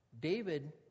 David